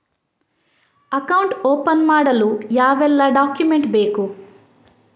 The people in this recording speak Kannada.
ಅಕೌಂಟ್ ಓಪನ್ ಮಾಡಲು ಯಾವೆಲ್ಲ ಡಾಕ್ಯುಮೆಂಟ್ ಬೇಕು?